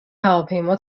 هواپیما